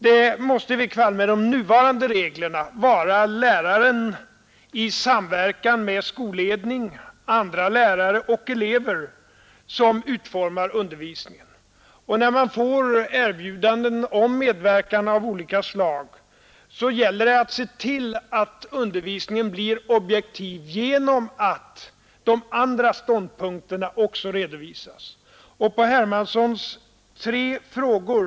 Det måste i varje fall med de nuvarande reglerna vara läraren i samverkan med skolledning, andra lärare och elever som utformar undervisningen. Och när man far erbjudanden om medverkan av olika slag gäller det att se till att undervisningen blir objektiv genom att de andra ståndpunkterna ocksa redovisas. Jag vill sedan svara på herr Hermanssons tre frågor.